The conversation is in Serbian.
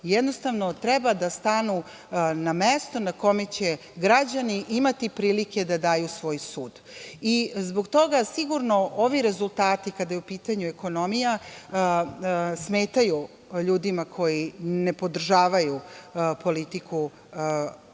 jednostavno treba da stanu na mesto na kome će građani imati prilike da daju svoj sud. Zbog toga, sigurno ovi rezultati kada je u pitanju ekonomija smetaju ljudima koji ne podržavaju politiku, ne